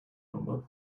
number